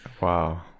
Wow